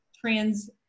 trans